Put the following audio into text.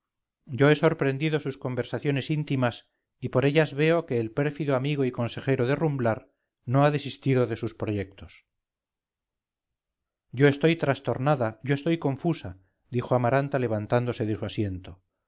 yo he sorprendido sus conversaciones íntimas y por ellas veo que el pérfido amigo y consejero de rumbrar no ha desistido de sus proyectos yo estoy trastornada yo estoy confusa dijo amaranta levantándose de su asiento